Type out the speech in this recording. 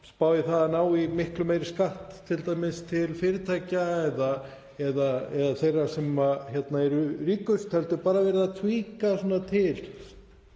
spá í það að ná í miklu meiri skatt t.d. til fyrirtækja eða þeirra sem eru ríkust heldur bara verið að „tweaka“